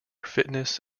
fitness